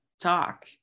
talk